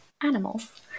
animals